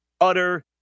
utter –